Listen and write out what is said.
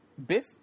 Biff